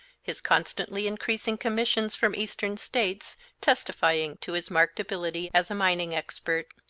his constantly increasing commissions from eastern states testifying to his marked ability as a mining expert.